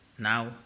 Now